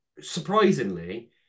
surprisingly